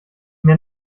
mir